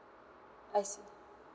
I see